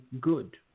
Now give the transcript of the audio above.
good